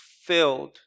filled